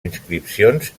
inscripcions